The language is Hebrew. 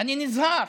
אני נזהר.